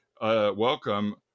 Welcome